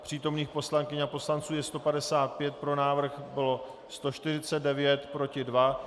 Přítomných poslankyň a poslanců je 155, pro návrh bylo 149, proti 2.